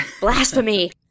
Blasphemy